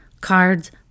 cards